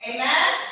Amen